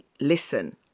listen